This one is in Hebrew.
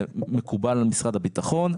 זה מקובל על משרד הביטחון.